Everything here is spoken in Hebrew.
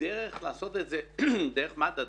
הדרך לעשות את זה דרך מד"א,